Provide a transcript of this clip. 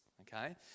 Okay